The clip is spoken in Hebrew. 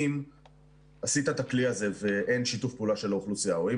אם עשית את הכלי הזה ואין שיתוף פעולה של האוכלוסייה או אם